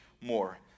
more